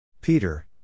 Peter